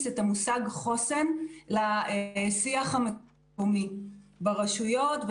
את המושג "חוסן" לשיח המקומי ברשויות,